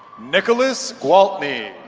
nicholas gwaltney